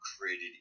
created